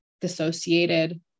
dissociated